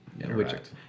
interact